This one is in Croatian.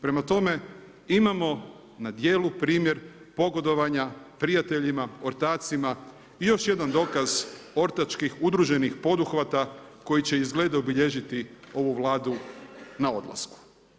Prema tome, imamo na djelu primjer pogodovanja prijateljima, ortacima i još jedan dokaz ortačkih udruženih poduhvata koji će izgleda obilježiti ovu Vladu na odlasku.